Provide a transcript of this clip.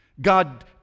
God